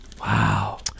Wow